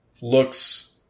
looks